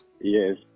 Yes